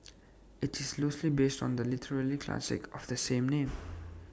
IT is loosely based on the literary classic of the same name